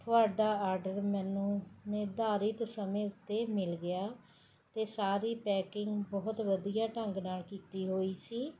ਤੁਹਾਡਾ ਆਡਰ ਮੈਨੂੰ ਨਿਰਧਾਰਿਤ ਸਮੇਂ ਉੱਤੇ ਮਿਲ ਗਿਆ ਅਤੇ ਸਾਰੀ ਪੈਕਿੰਗ ਬਹੁਤ ਵਧੀਆ ਢੰਗ ਨਾਲ ਕੀਤੀ ਹੋਈ ਸੀ